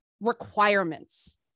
requirements